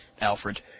Alfred